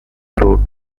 through